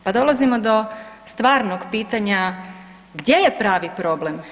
Pa dolazimo do stvarnog pitanja, gdje je pravni problem?